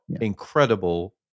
incredible